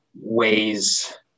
ways